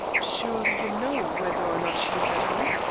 surely you know whether or not she is at home?